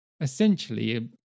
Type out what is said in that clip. essentially